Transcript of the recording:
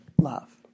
love